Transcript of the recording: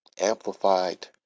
amplified